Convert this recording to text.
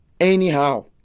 anyhow